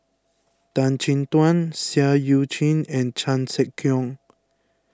Tan Chin Tuan Seah Eu Chin and Chan Sek Keong